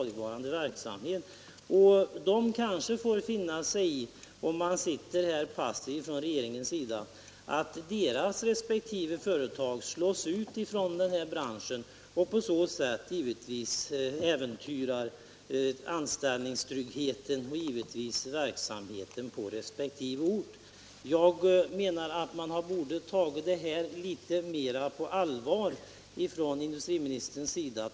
Dessa människor och kommuner kanske får finna sig i — om regeringen förhåller sig passiv — att deras företag slås ut från denna bransch, vilket givetvis äventyrar anställningstryggheten och verksamheten på resp. orter. Industriministern borde ha tagit detta problem litet mer på allvar.